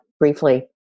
Briefly